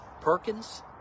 perkins